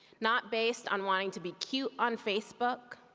not based on wanting to be cute on facebook,